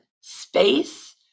space